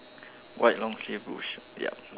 white long sleeves shirt yup